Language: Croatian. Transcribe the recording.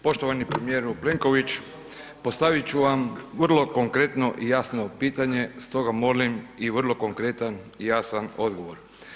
Poštovani premijeru Plenković, postavit ću vam vrlo konkretno i jasno pitanje, stoga molim i vrlo konkretan i jasan odgovor.